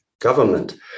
government